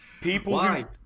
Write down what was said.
People